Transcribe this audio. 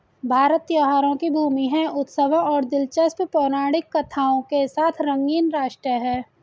भारत त्योहारों की भूमि है, उत्सवों और दिलचस्प पौराणिक कथाओं के साथ रंगीन राष्ट्र है